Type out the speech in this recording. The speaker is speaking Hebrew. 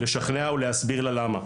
לשכנע אותה ולהסביר לה למה.